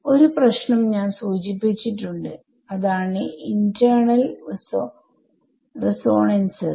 ഒരു പ്രശ്നം ഞാൻ സൂചിപ്പിച്ചിട്ടുണ്ട് അതാണ് ഇന്റെർണൽ റിസോനൻസസ്